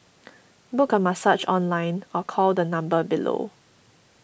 book a massage online or call the number below